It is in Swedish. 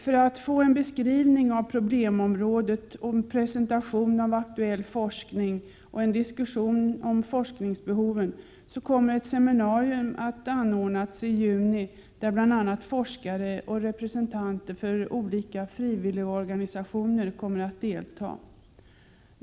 För att få fram en beskrivning av problemområdet, en presentation av aktuell forskning och en diskussion om forskningsbehoven kommer ett seminarium att anordnas i juni där bl.a. forskare och representanter för olika frivilligorganisationer kommer att delta.